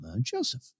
Joseph